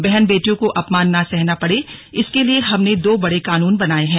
बहन बेटियों को अपमान न सहना पड़े इसके लिए हमने दो बड़े कानून बनाये हैं